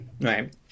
Right